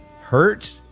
hurt